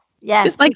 Yes